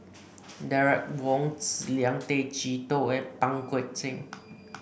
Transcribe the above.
Derek Wong Zi Liang Tay Chee Toh and Pang Guek Cheng